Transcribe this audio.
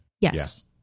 yes